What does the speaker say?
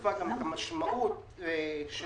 תקופה את המשמעות של